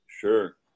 sure